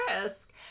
risk